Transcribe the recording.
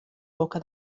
boca